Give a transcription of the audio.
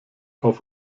auf